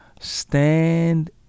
Stand